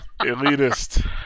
Elitist